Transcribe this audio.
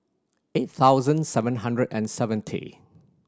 eight thousand seven hundred and seventy